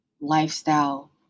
lifestyle